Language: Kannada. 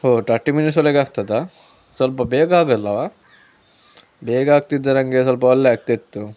ಓಹ್ ತರ್ಟಿ ಮಿನಿಟ್ಸ್ ಒಳಗೆ ಆಗ್ತದಾ ಸ್ವಲ್ಪ ಬೇಗ ಆಗೊಲ್ಲವಾ ಬೇಗ ಆಗ್ತಿದ್ದರೆ ನನಗೆ ಸ್ವಲ್ಪ ಒಳ್ಳೆ ಆಗ್ತಾ ಇತ್ತು